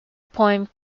poem